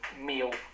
meal